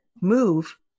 move